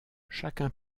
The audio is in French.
chacun